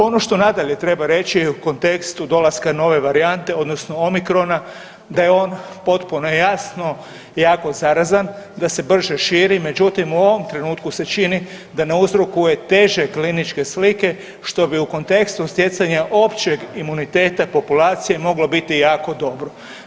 Ono što nadalje treba reći u kontekstu dolaska nove varijante odnosno omikrona da je on potpuno jasno jako zarazan, da se brže širi, međutim u ovom trenutku se čini da ne uzrokuje teže kliničke slike što bi u kontekstu stjecanja općem imuniteta populacije moglo biti jako dobro.